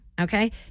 okay